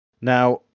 Now